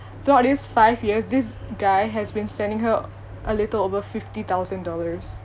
throughout this five years this guy has been sending her a little over fifty thousand dollars